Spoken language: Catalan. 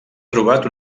trobat